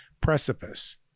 precipice